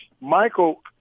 Michael